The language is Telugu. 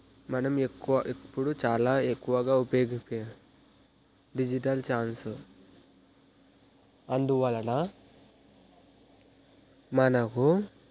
మనం ఎక్కువ ఎప్పుడు చాలా ఎక్కువగా ఉపయోగిప డిజిటల్ ఛాన్సు అందువలన మనకు